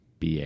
BA